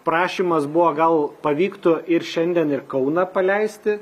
prašymas buvo gal pavyktų ir šiandien ir kauną paleisti